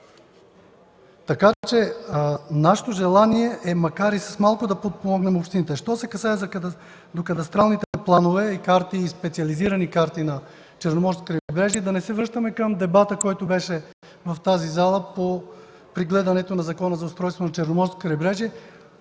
Така че нашето желание е макар и с малко, но да подпомогнем общините. Що се отнася до кадастралните планове и карти и специализираните карти на Черноморското крайбрежие – да не се връщаме към дебата, който беше в тази зала при гледането на Закона за устройство на Черноморското крайбрежие